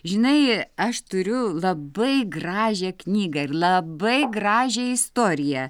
žinai aš turiu labai gražią knygą ir labai gražią istoriją